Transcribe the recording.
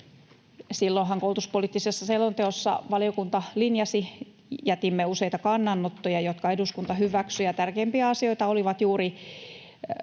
Silloinhan koulutuspoliittisessa selonteossa valiokunta linjasi niin — jätimme useita kannanottoja, jotka eduskunta hyväksyi — että tärkeimpiä asioita olivat juuri